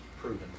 proven